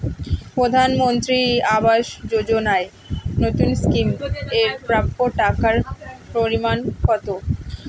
প্রধানমন্ত্রী আবাস যোজনায় নতুন স্কিম এর প্রাপ্য টাকার পরিমান কত?